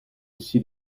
aussi